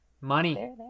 money